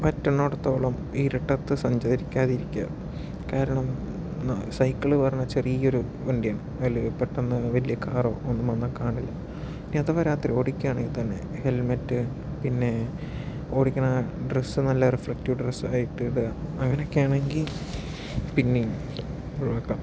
പറ്റണയിടത്തോളം ഇരുട്ടത്ത് സഞ്ചരിയ്ക്കാതിരിക്കുക കാരണം സൈക്കിൾ പറഞ്ഞാൽ ചെറിയൊരു വണ്ടിയാണ് അല്ലെങ്കിൽ പെട്ടെന്ന് വലിയൊരു കാറോ ഒന്നും വന്നാൽ കാണില്ല ഇനി അഥവാ രാത്രി ഓടിക്കുകയാണെങ്കിൽ തന്നെ ഹെൽമെറ്റ് പിന്നെ ഓടിയ്ക്കണ ഡ്രസ്സ് നല്ലൊരു റിഫ്ലെക്റ്റീവ് ഡ്രെസ്സായിട്ട് ഇടുക അങ്ങനെയൊക്കെയാണെങ്കിൽ പിന്നേയും ഒഴിവാക്കാം